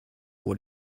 what